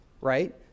right